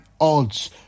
odds